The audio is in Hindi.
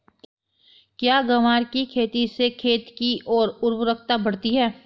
क्या ग्वार की खेती से खेत की ओर उर्वरकता बढ़ती है?